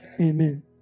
Amen